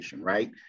right